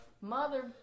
Mother